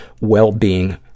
well-being